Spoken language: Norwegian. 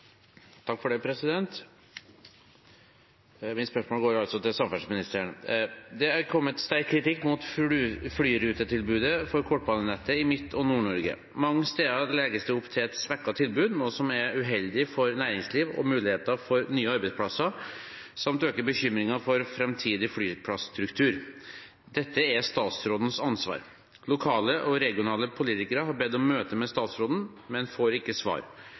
et svekket tilbud, noe som er uheldig for næringsliv og muligheter for nye arbeidsplasser, samt øker bekymringen for fremtidig flyplasstruktur. Dette er statsrådens ansvar. Lokale og regionale politikere har bedt om møte med statsråden, men får ikke svar.